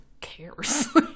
cares